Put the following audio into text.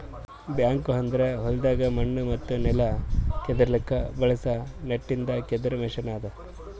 back ಹೋ ಅಂದುರ್ ಹೊಲ್ದಾಗ್ ಮಣ್ಣ ಮತ್ತ ನೆಲ ಕೆದುರ್ಲುಕ್ ಬಳಸ ನಟ್ಟಿಂದ್ ಕೆದರ್ ಮೆಷಿನ್ ಅದಾ